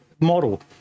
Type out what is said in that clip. model